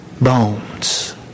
bones